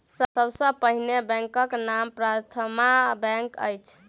सभ सॅ पहिल बैंकक नाम प्रथमा बैंक अछि